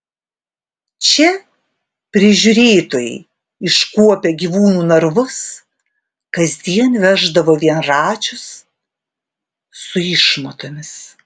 čia prižiūrėtojai iškuopę gyvūnų narvus kasdien veždavo vienračius su išmatomis